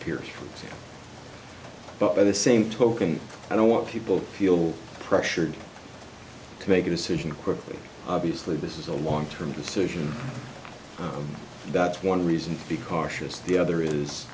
piers but by the same token i don't want people feel pressured to make a decision quickly obviously this is a longterm decision that's one reason because it's the other is